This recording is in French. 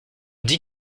dit